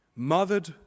Mothered